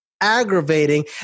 aggravating